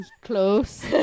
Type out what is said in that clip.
Close